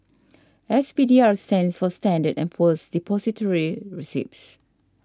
S P D R stands for Standard and Poor's Depository Receipts